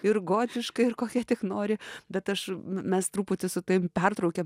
ir gotiška ir kokia tik nori bet aš mes truputį su tavimi pertraukėm